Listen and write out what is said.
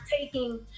taking